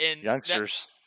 Youngsters